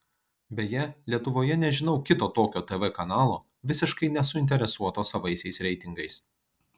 beje lietuvoje nežinau kito tokio tv kanalo visiškai nesuinteresuoto savaisiais reitingais